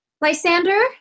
Lysander